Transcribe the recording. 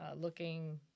looking